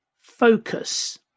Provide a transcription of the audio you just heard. focus